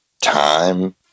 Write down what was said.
time